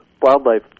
wildlife